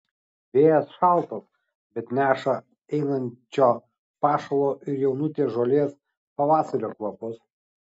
vėjas šaltas bet neša einančio pašalo ir jaunutės žolės pavasario kvapus